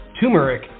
turmeric